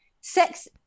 sex